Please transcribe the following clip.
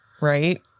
right